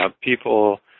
people